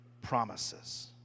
promises